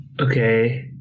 Okay